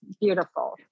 beautiful